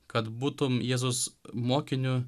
kad būtum jėzaus mokiniu